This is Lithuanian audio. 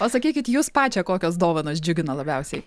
o sakykit jus pačią kokios dovanos džiugina labiausiai